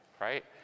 right